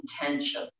intention